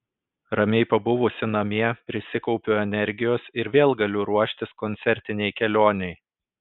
ramiai pabuvusi namie prisikaupiu energijos ir vėl galiu ruoštis koncertinei kelionei